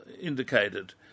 indicated